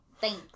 Thanks